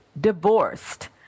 divorced